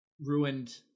ruined